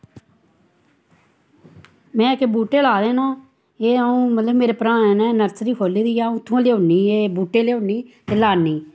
में एह्के बूह्टे लाए न एह् अ'ऊं मतलव मेरे भ्राएं नै नर्सरी खोल्ली दी ऐ अ'ऊं उत्थुंआं लेऔनी एह् बूह्टे लेऔनी ते लान्नी